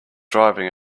driving